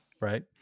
right